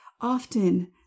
often